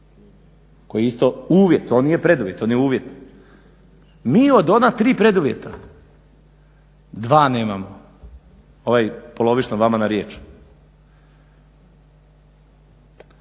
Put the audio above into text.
koji je isto uvijek. On nije preduvjet, on je uvjet. Mi od ona tri preduvjeta dva nemamo. Ovaj polovično vama na riječ.